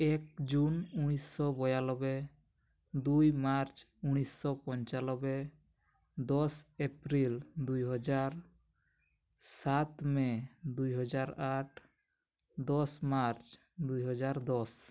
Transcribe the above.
ଏକ ଜୁନ୍ ଉଣେଇଶିଶହ ବୟାନବେ ଦୁଇ ମାର୍ଚ୍ଚ ଉଣେଇଶିଶହ ପଞ୍ଚାନବେ ଦଶ ଏପ୍ରିଲ ଦୁଇହଜାର ସାତ ମେ ଦୁଇହଜାର ଆଠ ଦଶ ମାର୍ଚ୍ଚ ଦୁଇହଜାର ଦଶ